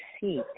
seek